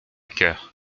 chœur